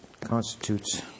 constitutes